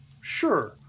Sure